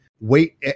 wait